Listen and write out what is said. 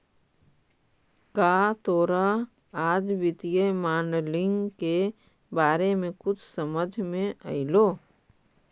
का तोरा आज वित्तीय मॉडलिंग के बारे में कुछ समझ मे अयलो?